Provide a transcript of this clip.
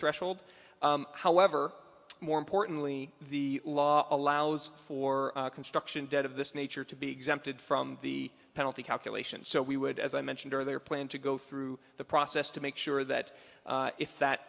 reshold however more importantly the law allows for construction debt of this nature to be exempted from the penalty calculation so we would as i mentioned earlier plan to go through the process to make sure that if that